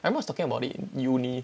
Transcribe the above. I remember I was talking about it in uni